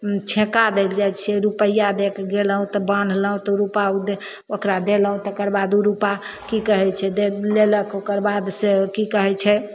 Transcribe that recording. हूँ छेका देल जाइत छै रुपैआ लेकऽ गेलहुँ ताकि बान्हलहुँ तऽ रुपा ओ ओकरा देलहुँ तेकरबाद ओ रुपा की कहैत छै दे लेलक ओकरबाद से की कहैत छै